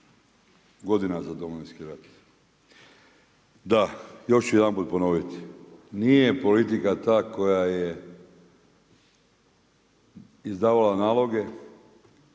godina za Domovinski rat. Da, još ću jedanput ponoviti, nije politika ta koja je izdavala naloge